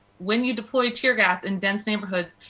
when you deploy teargas in dense neighborhoods,